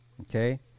Okay